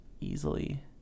easily